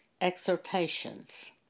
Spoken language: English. Exhortations